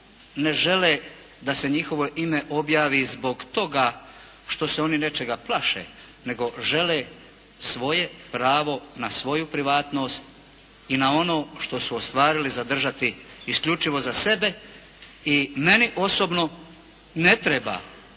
ne žele da se njihovo ime objavi zbog toga što se oni nečega plaše nego žele svoje pravo na svoju privatnost i na ono što su ostvarili zadržati isključivo za sebe i meni osobno ne treba